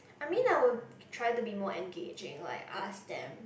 I mean I would try to be more engaging like ask them